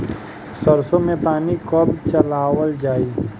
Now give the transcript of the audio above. सरसो में पानी कब चलावल जाई?